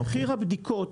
מחיר הבדיקות.